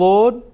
Lord